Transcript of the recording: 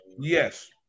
Yes